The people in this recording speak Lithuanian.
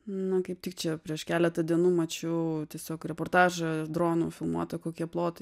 na kaip tik čia prieš keletą dienų mačiau tiesiog reportažą dronu filmuotą kokie plotai